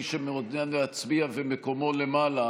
מי שמעוניין להצביע ומקומו למעלה,